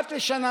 אחת לשנה,